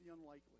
unlikely